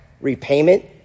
repayment